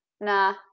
Nah